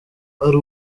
ari